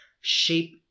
shape